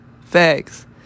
facts